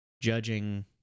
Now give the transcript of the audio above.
judging